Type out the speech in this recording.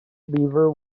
beaver